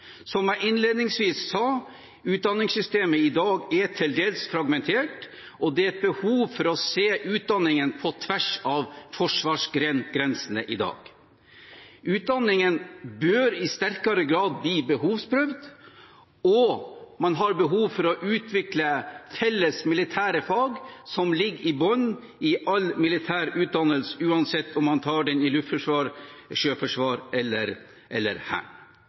Som jeg innledningsvis sa: Utdanningssystemet i dag er til dels fragmentert, og det er behov for å se utdanningen på tvers av forsvarsgrenene i dag. Utdanningen bør i sterkere grad bli behovsprøvd, og man har behov for å utvikle felles militære fag som ligger i bunn i all militær utdannelse, uansett om man tar den i Luftforsvaret, Sjøforsvaret eller